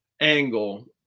angle